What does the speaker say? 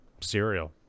cereal